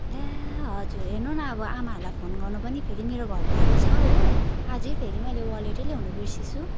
ल्या हजुर हेर्नु न अब आमाहरूलाई फोन गर्नु पनि फेरि मेरो घर टाढो छ हो आज फेरि मैले वालेट ल्याउनु बिर्सेछु